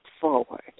forward